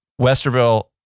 westerville